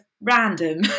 random